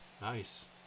Nice